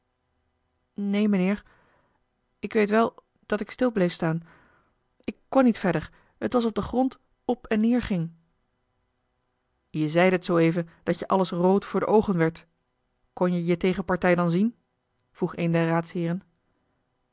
neen mijnheer ik weet wel dat ik stil bleef staan ik kon niet verder het was of de grond op en neer ging je zeidet zooeven dat je alles rood voor de oogen werd kon je je tegenpartij dan zien vroeg een der raadsheeren